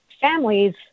families